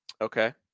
Okay